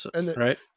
Right